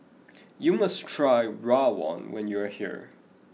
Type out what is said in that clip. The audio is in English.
you must try Rawon when you are here